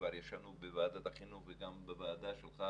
כבר ישבנו בוועדת החינוך וגם בוועדה שלך,